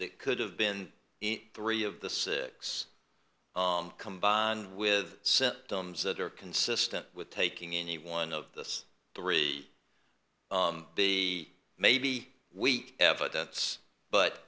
that could have been three of the six combined with symptoms that are consistent with taking any one of those three be maybe weak evidence but